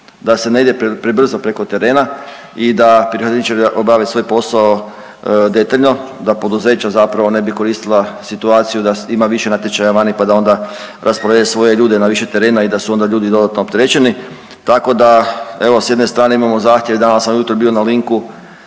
da se ne ide prebrzo preko terena i da pirotehničari obave svoj posao detaljno, da poduzeća zapravo ne bi koristila situacija da ima više natječaja vani pa da onda rasporede svoje ljude na više terena i da su onda ljudi dodatno opterećeni, tako da evo, s jedne strane imamo zahtjev, danas sam ujutro bio na linku